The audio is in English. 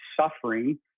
suffering